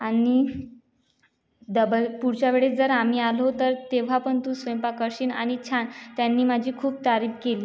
आणि दबल पुढच्या वेळेस जर आम्ही आलो तर तेव्हा पण तूच स्वयंपाक करशील आणि छान त्यांनी माझी खूप तारीफ केली